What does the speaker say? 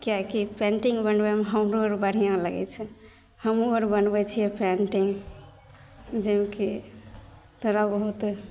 किएकि पेन्टिन्ग बनबैमे हमरोआर बढ़िआँ लगै छै हमहूँआर बनबै छिए पेन्टिन्ग जाहिमेकि थोड़ा बहुत